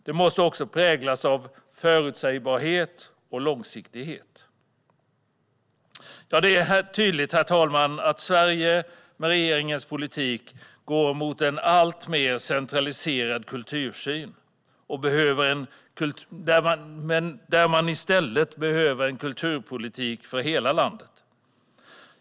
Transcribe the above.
Det måste också präglas av förutsägbarhet och långsiktighet. Det är tydligt, herr talman, att Sverige med regeringens politik går mot en mer centraliserad kultursyn där man i stället behöver en kulturpolitik för hela landet.